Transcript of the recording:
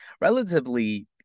relatively